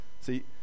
see